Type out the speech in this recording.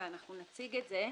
ואנחנו נציג את זה.